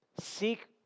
seek